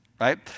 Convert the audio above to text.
right